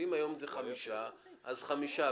אם היום זה חמישה אז זה חמישה.